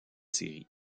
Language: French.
séries